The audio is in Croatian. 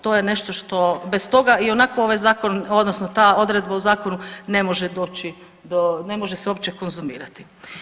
To je nešto što, bez toga ionako ovaj zakon odnosna ta odredba u zakonu ne može doći do, ne može se uopće konzumirati.